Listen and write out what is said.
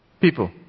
people